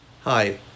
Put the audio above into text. Hi